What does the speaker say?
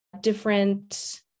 different